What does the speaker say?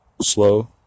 Slow